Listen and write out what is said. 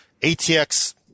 ATX